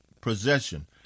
possession